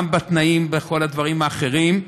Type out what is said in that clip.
גם בתנאים ובכל הדברים האחרים,